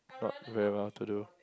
not very well to do